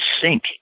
sink